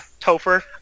Topher